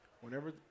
whenever –